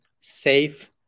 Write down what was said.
safe